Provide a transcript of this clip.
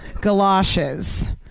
Galoshes